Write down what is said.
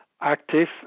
active